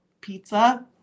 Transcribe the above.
pizza